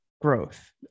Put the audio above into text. growth